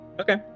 Okay